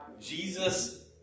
Jesus